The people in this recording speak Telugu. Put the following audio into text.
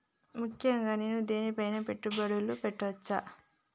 ముఖ్యంగా నేను దేని పైనా పెట్టుబడులు పెట్టవచ్చు?